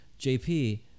JP